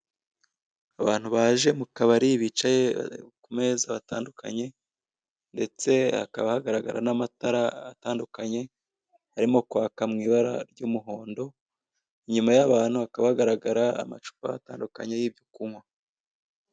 Abantu baje mu kabari bicaye ku meza atandukanye, ndetse hakaba hagararara n'amatara atandukanye, arimo kwaka mu ibara ry'umuhondo, inyuma y'abantu hakaba hagaragara amacupa atandukanye y'ibyo kunywa.